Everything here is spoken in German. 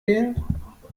wählen